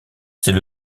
c’est